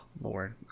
Lord